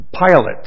Pilot